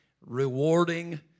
rewarding